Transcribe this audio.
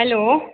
hello